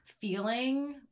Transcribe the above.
feeling